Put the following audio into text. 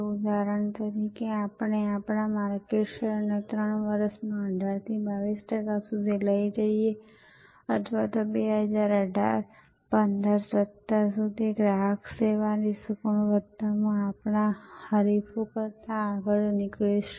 ઉદાહરણ તરીકે આપણે આપણો માર્કેટ શેર 3 વર્ષ માં 18 થી 22 ટકા સુધી લઈ જઈએ અથવા તો 20181517 સુધી ગ્રાહક સેવા ની ગુણવત્તા માં આપણા હરીફો કરતાં આગળ નીકળશુ